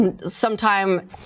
sometime